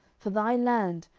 for thy land,